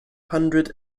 hundred